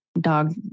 dog